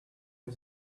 was